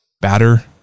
batter